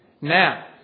Now